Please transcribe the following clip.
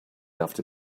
after